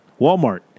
Walmart